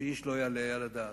שאיש לא יעלה על הדעת.